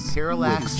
Parallax